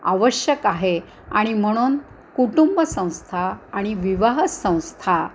आवश्यक आहे आणि म्हणून कुटुंब संस्था आणि विवाह संस्था